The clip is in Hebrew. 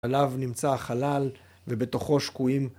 ‫עליו נמצא החלל, ‫ובתוכו שקועים